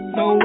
no